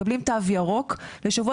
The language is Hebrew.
מקבלים תו ירוק לשבוע.